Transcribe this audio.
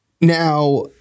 Now